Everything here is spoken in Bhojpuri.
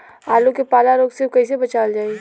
आलू के पाला रोग से कईसे बचावल जाई?